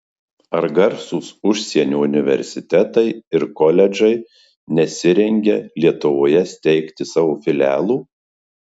ar garsūs užsienio universitetai ir koledžai nesirengia lietuvoje steigti savo filialų